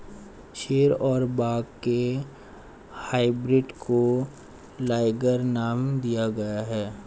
शेर और बाघ के हाइब्रिड को लाइगर नाम दिया गया है